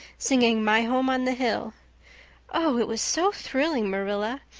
singing my home on the hill oh, it was so thrilling, marilla.